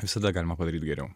visada galima padaryt geriau